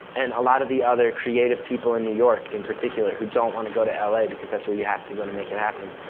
and a lot of the other creative people in new york in particular, who don't want to go to l a. because that's where you have to go to make it happen,